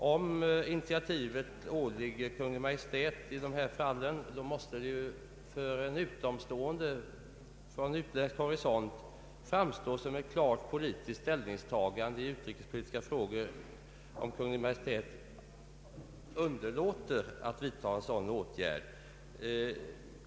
Om initiativet åligger Kungl. Maj:t i dessa fall, måste det från utländsk horisont framstå som ett klart ställningstagande i utrikespolitiska frågor när Kungl. Maj:t underlåter att vidtaga en sådan åtgärd.